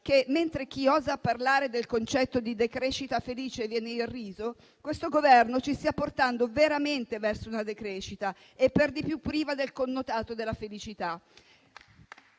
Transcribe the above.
che, mentre chi osa parlare del concetto di decrescita felice viene irriso, questo Governo ci stia portando veramente verso una decrescita, per di più priva del connotato della felicità.